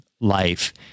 life